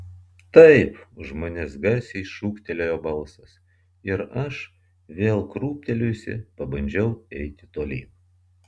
taip už manęs garsiai šūktelėjo balsas ir aš vėl krūptelėjusi pabandžiau eiti tolyn